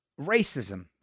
racism